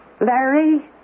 Larry